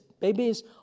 babies